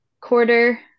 quarter